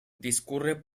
discurre